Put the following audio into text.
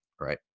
right